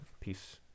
Peace